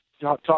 talk